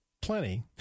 Plenty